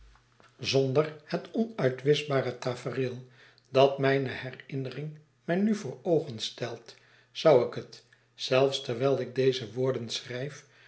zonder het onuitwischbare tafereel dat mijne herinnering mij nu voor oogen stelt zou ik het zelfs terwijlik deze woorden schrijf